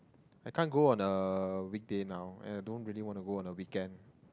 I can't go on a weekday now and I don't really wanna go on a weekend